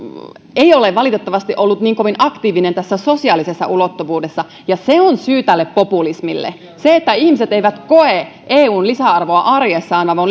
ei ole valitettavasti ollut kovin aktiivinen sosiaalisessa ulottuvuudessa ja se on syy tälle populismille se että ihmiset eivät koe eun lisäarvoa arjessaan vaan on